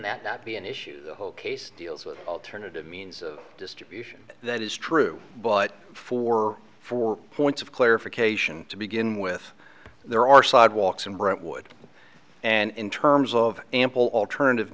not be an issue the whole case deals with alternative means of distribution that is true but for four points of clarification to begin with there are sidewalks and brentwood and in terms of ample alternative